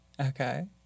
Okay